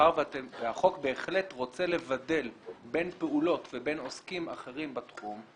והחוק בהחלט רוצה לבדל בין פעולות ובין עוסקים אחרים בתחום,